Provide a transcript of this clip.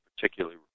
particularly